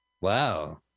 Wow